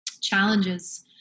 challenges